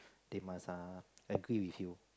they must uh agree with you